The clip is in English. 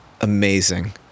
amazing